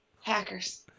Hackers